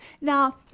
Now